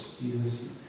Jesus